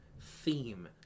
theme